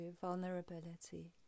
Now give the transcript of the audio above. vulnerability